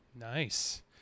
nice